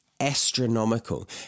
astronomical